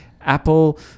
apple